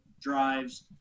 drives